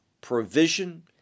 provision